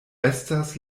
estas